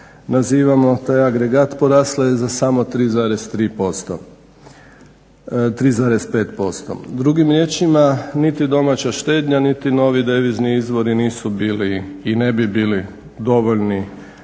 nazivamo taj agregat porasla je za samo 3,5%. Drugim riječima niti domaća štednja niti novi devizni izvori nisu bili i ne bi bili dovoljni